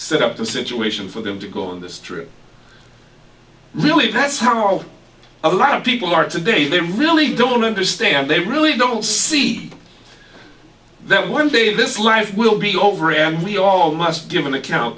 set up a situation for them to go on this trip really that's how a lot of people are today they really don't understand they really don't see that one day this life will be over and we all must give an account